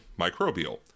microbial